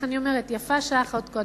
ויפה שעה אחת קודם.